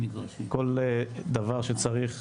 כל דבר שצריך.